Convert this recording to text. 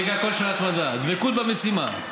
כושר התמדה, דבקות במשימה.